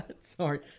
Sorry